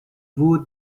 would